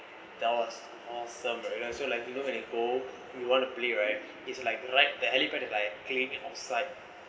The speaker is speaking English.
there was awesome lah so like you know when you go you want to play right is like like the helipad is like cleaning off site